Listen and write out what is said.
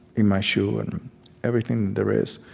in my shoe and everything that there is,